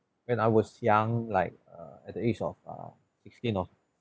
when I was young like uh at the age of uh sixteen or